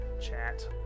chat